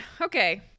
okay